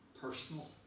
personal